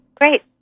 Great